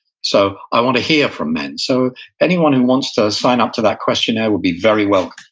so i want to hear from men, so anyone who wants to sign up to that questionnaire would be very welcome.